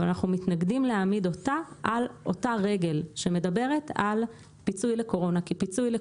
אבל אנחנו מתנגדים להעמיד אותה על אותה רגל שמדברת על פיצוי לקורונה,